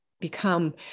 become